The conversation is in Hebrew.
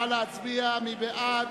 נא להצביע.